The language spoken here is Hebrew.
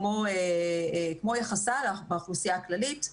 כמו יחסה באוכלוסייה הכללית.